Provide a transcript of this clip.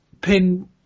pin